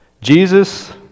Jesus